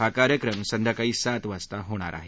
हा कार्यक्रम संध्याकाळी सात वाजता होणार आहे